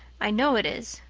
i know it is,